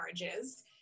marriages